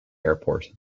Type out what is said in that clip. airport